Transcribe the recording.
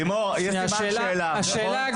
לימור, יש סימן שאלה, נכון?